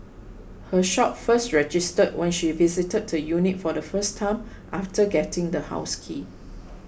her shock first registered when she visited the unit for the first time after getting the house key